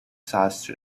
such